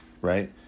right